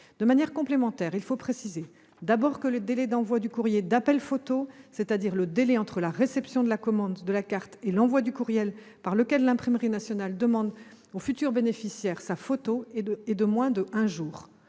de six mois que vous évoquez. Par ailleurs, le délai d'envoi du courrier d'appel photo, c'est-à-dire le délai entre la réception de la commande de la carte et l'envoi du courrier par lequel l'Imprimerie nationale demande au futur bénéficiaire sa photo, est de moins d'un jour.